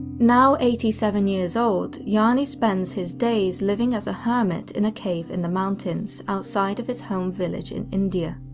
now eighty seven years old, jani spends his days living as a hermit in a cave in the mountains, outside of his home village in india.